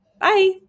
Bye